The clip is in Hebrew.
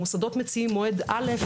המוסדות מציעים מועד א',